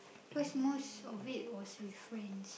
because most of it was with friends